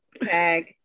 bag